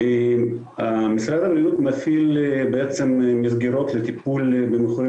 משרד הבריאות מפעיל מסגרות לטיפול במכורים